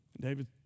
David